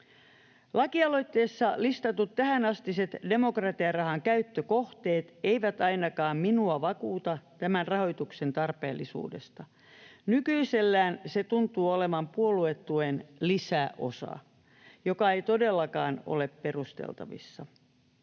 Lakialoitteessa listatut tähänastiset demokratiarahan käyttökohteet eivät ainakaan minua vakuuta tämän rahoituksen tarpeellisuudesta. Nykyisellään se tuntuu olevan puoluetuen lisäosa, joka ei todellakaan ole perusteltavissa.